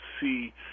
see